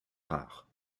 rare